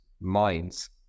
minds